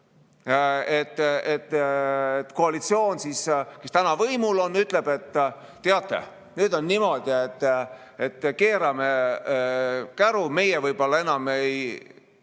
Et koalitsioon, kes täna võimul on, ütleb, et teate, nüüd on niimoodi, et me keerame teile käru. Meie võib-olla enam